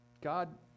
God